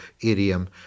idiom